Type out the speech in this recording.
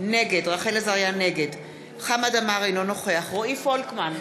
נגד חמד עמאר, אינו נוכח רועי פולקמן,